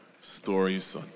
stories